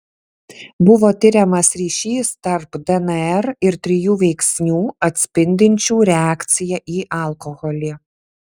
buvo tiriamas ryšys tarp dnr ir trijų veiksnių atspindinčių reakciją į alkoholį